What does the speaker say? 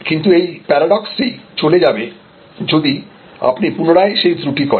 কিন্তু এই প্যারাডক্স টি চলে যাবে যদি আপনি পুনরায় সেই ত্রুটি করেন